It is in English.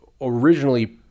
originally